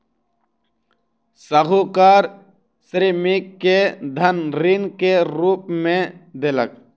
साहूकार श्रमिक के धन ऋण के रूप में देलक